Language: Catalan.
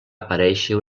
aparèixer